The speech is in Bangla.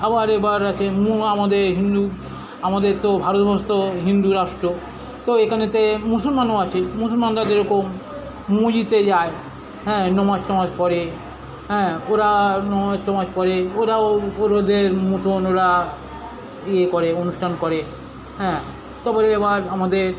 আবার এবার আছে মূল আমাদের হিন্দু আমাদের তো ভারতবর্ষ হিন্দু রাষ্ট্র তো এখানেতে মুসনমানও আছে মুসলমানরা যেরকম মুজ্জিতে যায় হ্যাঁ নমাজ টমাজ পড়ে হ্যাঁ ওরা নমাজ টমাজ পরে ওরাও ওদের মতোন ওরা ইয়ে করে অনুষ্ঠান করে হ্যাঁ তারপরে এবার আমাদের